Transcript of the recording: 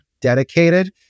dedicated